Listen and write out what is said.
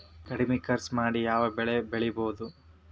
ಕಡಮಿ ಖರ್ಚ ಮಾಡಿ ಯಾವ್ ಬೆಳಿ ಬೆಳಿಬೋದ್?